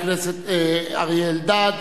חבר הכנסת אריה אלדד,